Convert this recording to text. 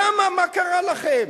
למה, מה קרה לכם?